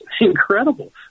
Incredible